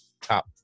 Top